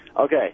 Okay